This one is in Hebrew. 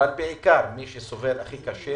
אבל בעיקר מי שסובל הכי קשה